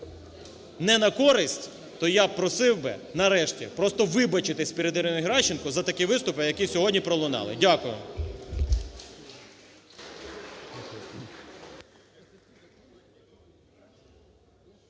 не на користь, то я б просив би нарешті просто вибачитись перед Іриною Геращенко за такі виступи, які сьогодні пролунали. Дякую.